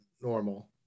normal